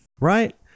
right